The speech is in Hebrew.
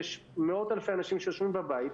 יש מאות אלפי אנשים שיושבים בבית,